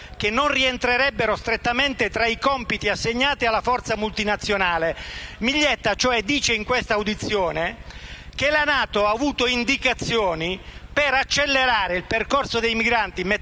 che non rientrerebbero strettamente tra i compiti assegnati alla forza multinazionale». Miglietta, cioè, dice in audizione che la NATO ha avuto indicazioni per accelerare il percorso dei migranti, mettendo